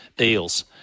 Eels